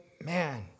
man